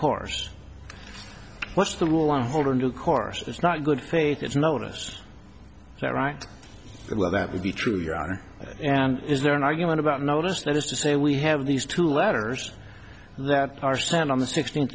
course what's the rule on hold a new course is not good faith it's notice that right well that would be true your honor and is there an argument about notice that is to say we have these two letters that are sent on the sixteenth